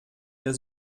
der